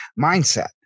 mindset